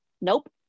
Nope